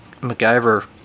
MacGyver